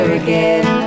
again